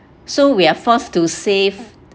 so we are forced to save